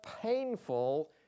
painful